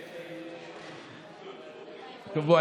אמרת שאתה לא מבין בזה, דבר על משהו אחר.